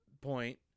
Point